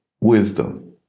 wisdom